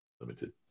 limited